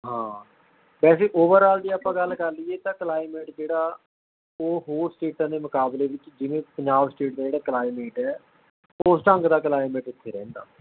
ਹਾਂ ਵੈਸੇ overall ਜੇ ਆਪਾਂ ਗੱਲ ਕਰ ਲਈਏ ਤਾਂ ਕਲਾਈਮੇਟ ਜਿਹੜਾ ਉਹ ਹੋਰ ਸਟੇਟਾਂ ਦੇ ਮੁਕਾਬਲੇ ਵਿੱਚ ਜਿਵੇਂ ਪੰਜਾਬ ਸਟੇਟ ਦਾ ਜਿਹੜਾ ਕਲਾਈਮੇਟ ਹੈ ਉਸ ਢੰਗ ਦਾ ਕਲਾਈਮੇਟ ਇੱਥੇ ਰਹਿੰਦਾ